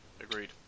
Agreed